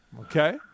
Okay